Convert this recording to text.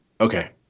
Okay